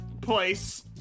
place